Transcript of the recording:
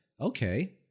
okay